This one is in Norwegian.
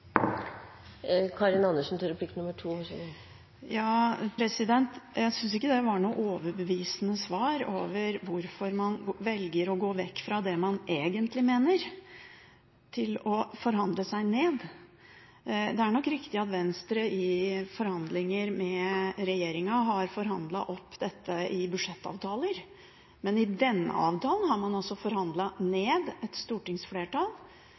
Jeg synes ikke dette var et overbevisende svar på hvorfor man velger å gå vekk fra det man egentlig mener – til å forhandle seg ned. Det er nok riktig at Venstre i forhandlinger med regjeringen har forhandlet opp dette i budsjettavtaler, men i denne avtalen har man altså forhandlet ned et stortingsflertall